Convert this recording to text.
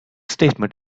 statement